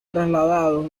trasladados